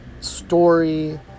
story